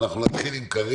אנחנו נתחיל עם שלמה